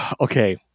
Okay